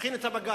תכין את הבג"ץ.